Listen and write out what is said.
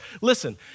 listen